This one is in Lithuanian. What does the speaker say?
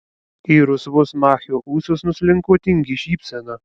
į rusvus machio ūsus nuslinko tingi šypsena